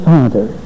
Father